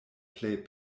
plej